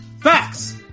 facts